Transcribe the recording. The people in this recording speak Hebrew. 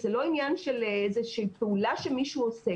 זה לא עניין של איזושהי פעולה שמישהו עושה.